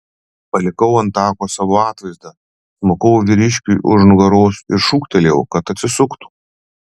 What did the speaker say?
palikau ant tako savo atvaizdą smukau vyriškiui už nugaros ir šūktelėjau kad atsisuktų